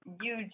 huge